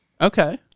okay